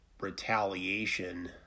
retaliation